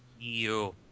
Ew